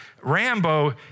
Rambo